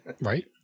Right